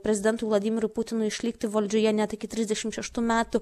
prezidentui vladimirui putinui išlikti valdžioje net iki trisdešimt šeštų metų